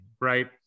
right